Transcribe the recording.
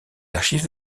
archives